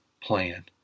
plan